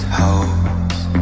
house